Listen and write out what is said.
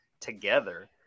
together